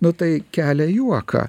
nu tai kelia juoką